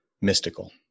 mystical